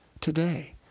today